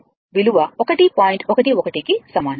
11 కు సమానం